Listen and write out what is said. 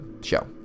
show